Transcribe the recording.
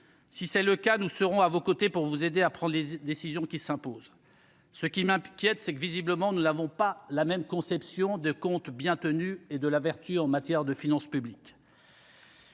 si c'est le cas, nous serons à vos côtés pour vous aider à prendre les décisions qui s'imposent, ce qui m'inquiète, c'est que visiblement ne l'avons pas la même conception de comptes bien tenus et de la vertu en matière de finances publiques.